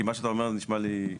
כי מה שאתה אומר נשמע לי,